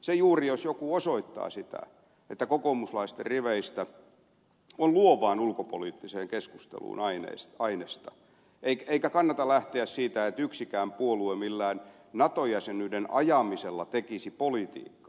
se juuri jos jokin osoittaa sitä että kokoomuslaisten riveissä on luovaan ulkopoliittiseen keskusteluun ainesta eikä kannata lähteä siitä että yksikään puolue millään nato jäsenyyden ajamisella tekisi politiikkaa